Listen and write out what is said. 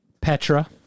Petra